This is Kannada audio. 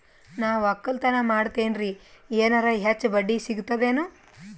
ನಾ ಒಕ್ಕಲತನ ಮಾಡತೆನ್ರಿ ಎನೆರ ಹೆಚ್ಚ ಬಡ್ಡಿ ಸಿಗತದೇನು?